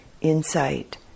insight